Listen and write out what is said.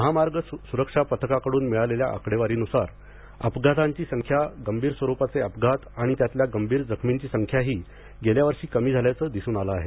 महामार्ग सुरक्षा पथकाकडून मिळालेल्या आकडेवारीनुसार अपघातांची संख्या गंभीर स्वरूपाचे अपघात आणि त्यातल्या गंभीर जखमींची संख्याही गेल्या वर्षी कमी झाल्याचे दिसून आले आहे